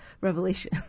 Revelation